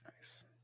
Nice